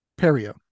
perio